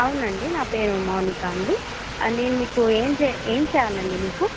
అవునండి నా పేరు మౌనికా అండి నేను మీకు ఏం ఏం చేయాలండి మీకు